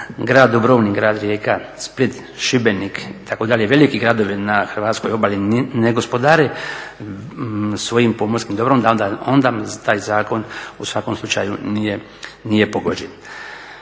grad Dubrovnik, Rijeka, Split, Šibenik itd. veliki gradovi na hrvatskoj obali ne gospodare svojim pomorskim dobro da onda taj zakon u svakom slučaju nije pogođen.